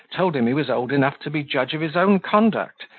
told him he was old enough to be judge of his own conduct,